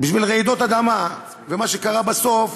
בשביל רעידות אדמה, ומה שקרה בסוף